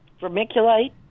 vermiculite